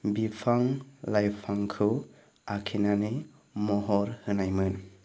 बिफां लाइफांखौ आखिनानै महर होनायमोन